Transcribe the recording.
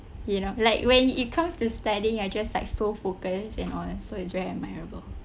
you know like when it comes to study you are just like so focus and all that so it's very admirable